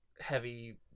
heavy